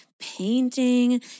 painting